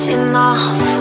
enough